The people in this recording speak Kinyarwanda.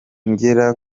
ngera